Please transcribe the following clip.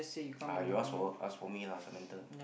are you ask for uh ask for me lah Samantha